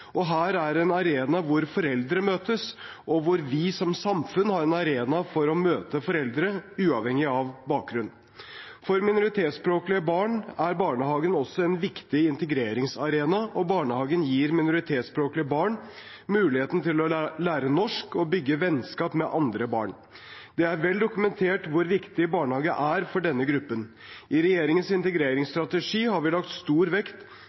og her er en arena hvor foreldre møtes, og hvor vi som samfunn har en arena for å møte foreldre, uavhengig av bakgrunn. For minoritetsspråklige barn er barnehagen også en viktig integreringsarena, og barnehagen gir minoritetsspråklige barn muligheten til å lære norsk og bygge vennskap med andre barn. Det er vel dokumentert hvor viktig barnehagen er for denne gruppen. I regjeringens integreringsstrategi har vi lagt stor vekt